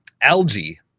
algae